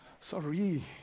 Sorry